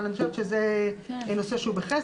אבל אני חושבת שזה נושא שהוא בחסר.